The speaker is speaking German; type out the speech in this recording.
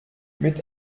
mit